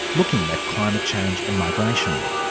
looking at climate change and migration.